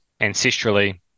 ancestrally